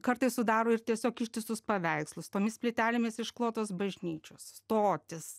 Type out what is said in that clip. kartais sudaro ir tiesiog ištisus paveikslus tomis plytelėmis išklotos bažnyčios stotys